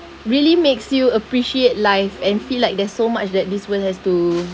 really makes you appreciate life and feel like there's so much that this world has to